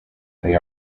they